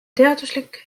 teaduslik